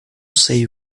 sei